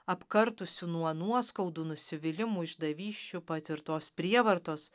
apkartusių nuo nuoskaudų nusivylimų išdavysčių patirtos prievartos